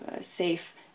safe